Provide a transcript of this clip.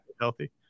healthy